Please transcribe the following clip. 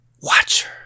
Watcher